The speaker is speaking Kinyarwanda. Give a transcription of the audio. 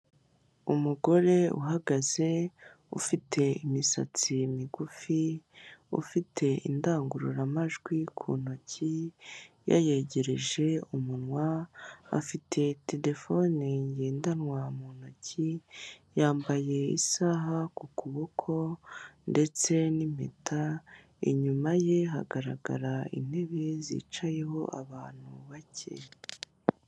Umugore uhagaze, ufite imisansi migufi, ufite indangururamajwi muntoki yayegereje umunwa, afite telefone ngendanwa mu ntoki, yambaye isaha ku kuboko ndetse na impeta, inyuma ye hagaragara intebe zicayeho abantu bake.